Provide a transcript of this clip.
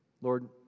Lord